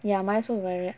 ya might as well right